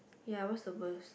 ya what's the worst